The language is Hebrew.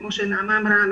כפי שנעמה אמרה,